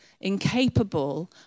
incapable